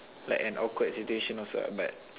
let an awkward situation also ah but